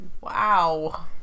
Wow